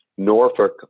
Norfolk